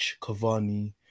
Cavani